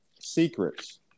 secrets